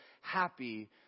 happy